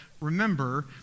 Remember